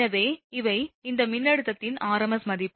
எனவே இவை இந்த மின்னழுத்தத்தின் rms மதிப்பு